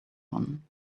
one